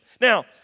Now